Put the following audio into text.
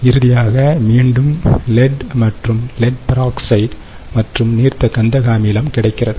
இறுதியாக மீண்டும் லெட் மற்றும் லெட்பெராக்சைடுமற்றும் நீர்த்த கந்தக அமிலம் கிடைக்கிறது